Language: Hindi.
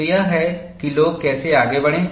तो यह है कि लोग कैसे आगे बढ़े